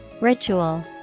Ritual